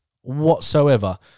whatsoever